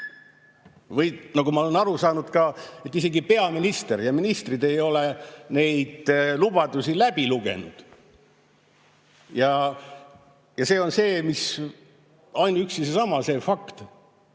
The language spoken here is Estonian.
Nagu ma olen aru saanud, isegi peaminister ja ministrid ei ole neid lubadusi läbi lugenud. See on see, ainuüksi seesama fakt,